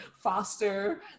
Foster